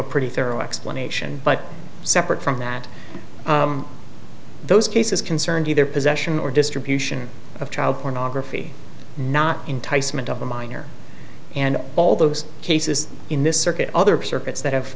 a pretty thorough explanation but separate from that those cases concerned either possession or distribution of child pornography not enticement of a minor and all those cases in this circuit other circuits that have